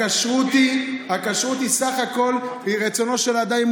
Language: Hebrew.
הכשרות היא סך הכול רצונו של אדם.